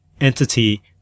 entity